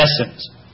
essence